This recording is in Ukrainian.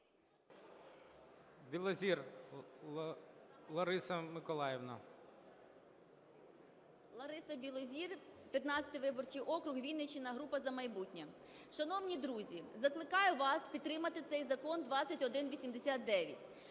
БІЛОЗІР Л.М. Лариса Білозір, 15 виборчий округ, Вінниччина, група "За майбутнє". Шановні друзі, закликаю вас підтримати цей Закон 2189.